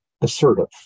assertive